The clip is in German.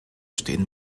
stehen